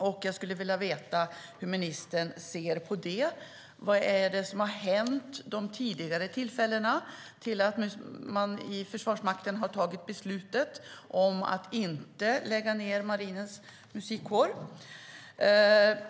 Jag skulle vilja veta hur ministern ser på det. Vad är det som har hänt vid de tidigare tillfällena som har gjort att man i Försvarsmakten har tagit beslutet att inte lägga ned Marinens Musikkår?